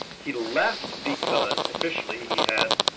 he left because, officially, he had